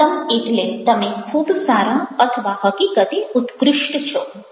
મહત્તમ એટલે તમે ખૂબ સારા અથવા હકીકતે ઉત્કૃષ્ટ છો